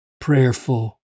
prayerful